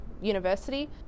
university